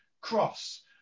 cross